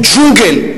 הוא ג'ונגל.